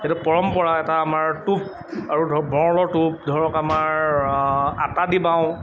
সেইটো পৰম্পৰা এটা আমাৰ টোপ আৰু ধৰক বৰলৰ টোপ ধৰক আমাৰ আটা দি বাওঁ